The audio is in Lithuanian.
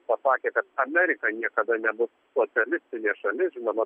pasakė kad amerika niekada nebus socialistinė šalis žinoma